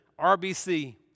RBC